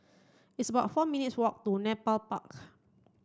it's about four minutes' walk to Nepal Park